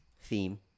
theme